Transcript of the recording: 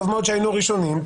טוב מאוד שהיינו ראשונים,